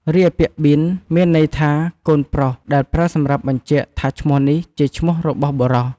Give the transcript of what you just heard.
រីឯពាក្យប៊ីន មានន័យថា កូនប្រុស ដែលប្រើសម្រាប់បញ្ជាក់ថាឈ្មោះនេះជាឈ្មោះរបស់បុរស។